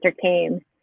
came